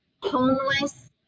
homeless